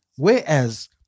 Whereas